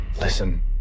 Listen